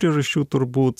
priežasčių turbūt